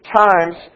times